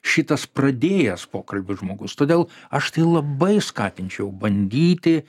šitas pradėjęs pokalbį žmogus todėl aš tai labai skatinčiau bandyti